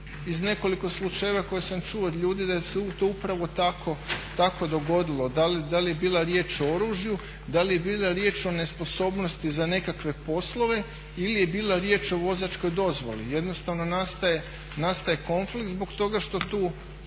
iz nekoliko slučajeva koje sam čuo od ljudi da se to upravo tako dogodilo. Da li je bila riječ o oružju, da li je bila riječ o nesposobnosti za nekakve poslove ili je bila riječ o vozačkoj dozvoli. Jednostavno nastaje konflikt zbog toga što tu,